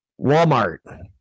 Walmart